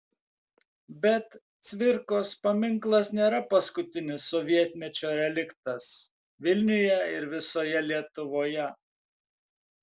bet cvirkos paminklas nėra paskutinis sovietmečio reliktas vilniuje ir visoje lietuvoje